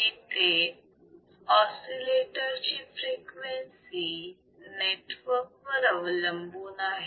इथे ऑसिलेटर ची frequency RC network वर अवलंबून आहे